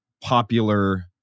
popular